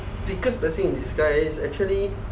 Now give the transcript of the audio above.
because the thing is guys actually